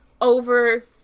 over